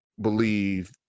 believe